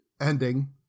ending